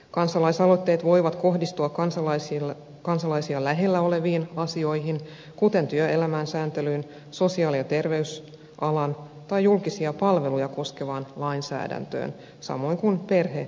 kansalaisaloitteet voivat kohdistua kansalaisia lähellä oleviin asioihin kuten työelämän sääntelyyn sosiaali ja terveysalan tai julkisia palveluja koskevaan lainsäädäntöön samoin kuin perhelainsäädäntöön